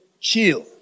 chill